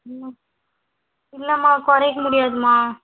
ம் இல்லைம்மா குறைக்க முடியாதும்மா